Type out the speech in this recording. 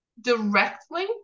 directly